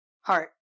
Heart